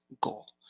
goal